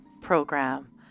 program